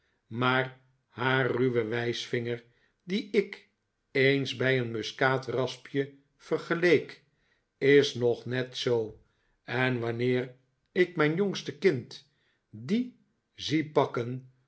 maar haar ruwe wijsvinger dien ik eens bij een muskaat raspje vergeleek is nog net zoo en wanneer ik mijn jongste kind dien zie pakken